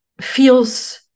feels